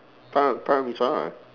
para~ Parameswara